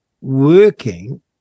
working